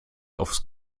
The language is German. aufs